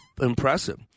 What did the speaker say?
impressive